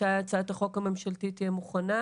מתי הצעת החוק הממשלתית תהיה מוכנה,